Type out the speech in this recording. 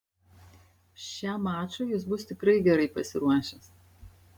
šiam mačui jis bus tikrai gerai pasiruošęs